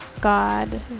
God